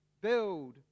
build